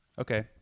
Okay